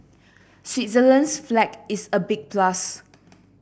Switzerland's flag is a big plus